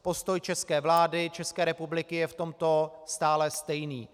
Postoj české vlády, České republiky je v tomto stále stejný.